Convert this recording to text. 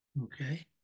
okay